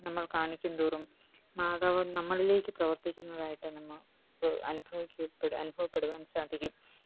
നമ്മള് കാണിക്കും തോറും മാതാവ് നമ്മളിലേക്ക് പ്രവര്ത്തിക്കുന്നതായിട്ട് നമ്മൾക്ക് അനുഭവിക്കപ്പെടുക അനുഭവപ്പെടുവാന് സാധിക്കും